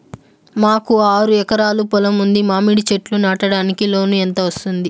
మాకు ఆరు ఎకరాలు పొలం ఉంది, మామిడి చెట్లు నాటడానికి లోను ఎంత వస్తుంది?